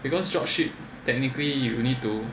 because drop ship technically you need to